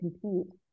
compete